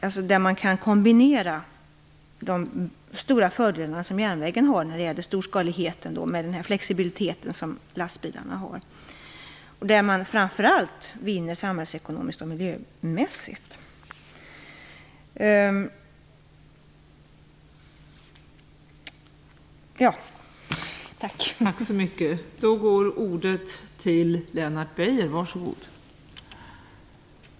Det handlar alltså om att kombinera de stora fördelar som järnvägen har när det gäller storskaligheten med den flexibilitet som lastbilarna har. Framför allt vinner man samhällsekonomiskt och miljömässigt på det. Tack!